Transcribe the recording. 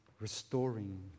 restoring